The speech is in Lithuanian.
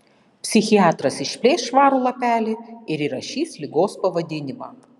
psichiatras išplėš švarų lapelį ir įrašys ligos pavadinimą